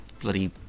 bloody